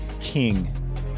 king